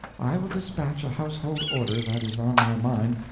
i will despatch a household order that is on my mind,